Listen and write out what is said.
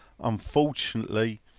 Unfortunately